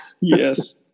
Yes